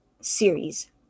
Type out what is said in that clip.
series